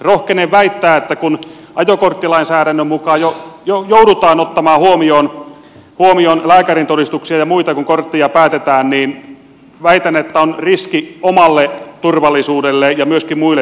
rohkenen väittää että kun ajokorttilainsäädännön mukaan joudutaan ottamaan huomioon lääkärintodistuksia ja muita kun kortteja päätetään se on riski omalle turvallisuudelle ja myöskin muille tienkäyttäjille